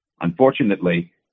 Unfortunately